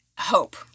hope